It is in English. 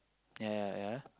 ya ya ya